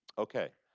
ok.